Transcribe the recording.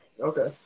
okay